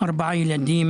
ארבעה ילדים